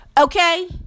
okay